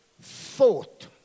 thought